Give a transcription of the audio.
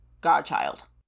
godchild